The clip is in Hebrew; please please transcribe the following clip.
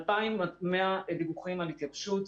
2,100 דיווחים על התייבשות.